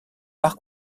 par